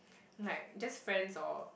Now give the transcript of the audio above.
like just friends or